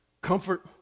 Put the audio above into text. comfort